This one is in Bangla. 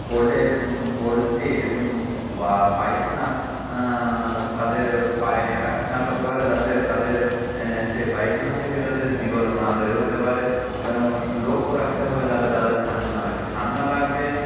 পোল্ট্রির পোল্ট্রির বা পায়খানা তাদের পায়ে অ্যাটাক না করতে পারে যাতে তাদের সে পায়খানা থেকে তাদের জীবাণু তৈরি হতে না পারে এবং লক্ষ্য রাখতে হবে যাতে তাদের ঠান্ডা না লাগে ঠান্ডা লাগলে